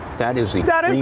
that is you got and